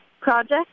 project